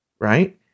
right